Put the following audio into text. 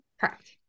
Correct